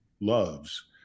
loves